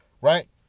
right